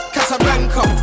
Casablanca